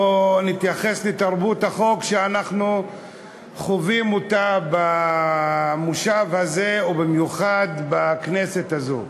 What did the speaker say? בואו נתייחס לתרבות החוק שאנחנו חווים במושב הזה ובמיוחד בכנסת הזאת.